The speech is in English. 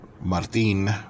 Martin